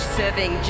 serving